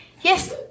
yes